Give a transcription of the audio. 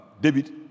David